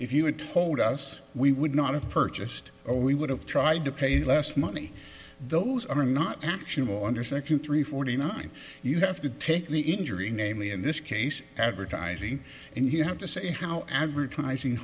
if you had told us we would not have purchased or we would have tried to pay less money those are not actionable under section three forty nine you have to take the injury namely in this case advertising and you have to say how advertising